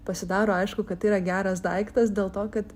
pasidaro aišku kad tai yra geras daiktas dėl to kad